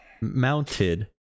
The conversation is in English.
mounted